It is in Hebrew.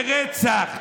לרצח,